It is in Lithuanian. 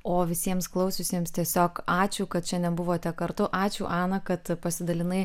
o visiems klausiusiems tiesiog ačiū kad šiandien buvote kartu ačiū ana kad pasidalinai